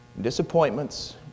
Disappointments